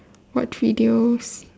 watch videos